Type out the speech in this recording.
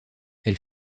elle